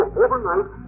overnight